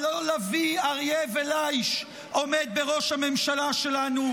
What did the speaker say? אבל לא לביא, אריה וליש עומד בראש הממשלה שלנו,